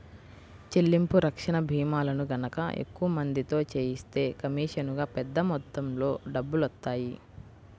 చెల్లింపు రక్షణ భీమాలను గనక ఎక్కువ మందితో చేయిస్తే కమీషనుగా పెద్ద మొత్తంలో డబ్బులొత్తాయి